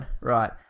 Right